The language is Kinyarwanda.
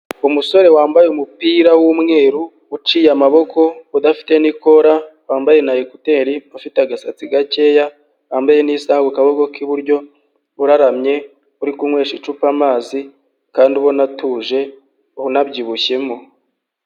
Umusore wambaye umupira w'umweru uciye amaboko udafite n’ ikora, wambaye n’ ekuteri ufite agasatsi gakeya wambaye n’ isaha ku kaboko k' iburyo, uraramye uri kunywesha icupa amazi kandi ubona atuje una byibushyemo.